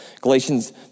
Galatians